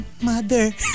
mother